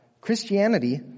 Christianity